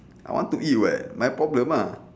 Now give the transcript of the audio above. I want to eat [what] my problem mah